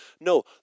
No